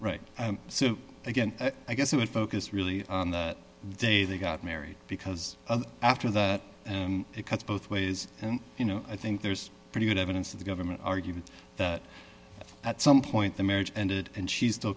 right so again i guess it would focus really the day they got married because after that it cuts both ways and you know i think there's pretty good evidence that the government argued that at some point the marriage ended and she's still